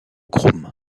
chrome